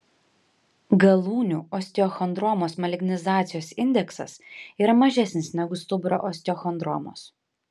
galūnių osteochondromos malignizacijos indeksas yra mažesnis negu stuburo osteochondromos